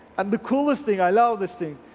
and the coolest thing, i love this thing,